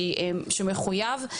שמחויב.